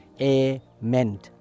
Amen